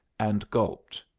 and gulped.